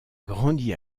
grandi